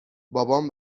بابام